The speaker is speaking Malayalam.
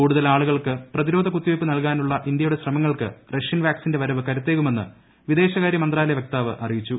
കൂടുതൽ ആളുകൾക്ക് പ്രതിരോധ കുത്തിവയ്പ്പ് നൽകാനുള്ള ഇന്ത്യയുടെ ശ്രമങ്ങൾക്ക് റഷ്യൻ വാക്സിന്റെ വരവ് കരുത്തേകുമെന്ന് വിദേശകാരൃ മന്ത്രാലയ വക്താവ് അറിയിച്ചു